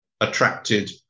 attracted